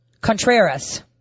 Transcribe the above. Contreras